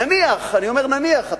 נניח, אני אומר נניח.